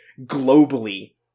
globally